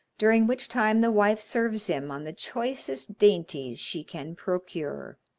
during which time the wife serves him on the choicest dainties she can procure.